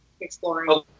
exploring